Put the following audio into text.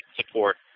support